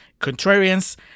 Contrarians